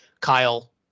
Kyle